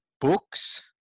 books